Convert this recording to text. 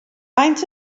faint